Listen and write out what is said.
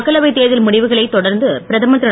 மக்களவைத் தேர்தல் முடிவுகளைத் தொடர்ந்து பிரதமர் திரு